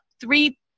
three